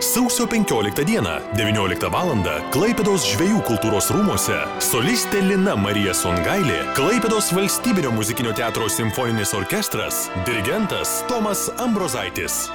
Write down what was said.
sausio penkioliktą dieną devynioliktą valandą klaipėdos žvejų kultūros rūmuose solistė lina marija songailė klaipėdos valstybinio muzikinio teatro simfoninis orkestras dirigentas tomas ambrozaitis